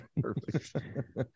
Perfect